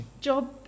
job